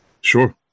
Sure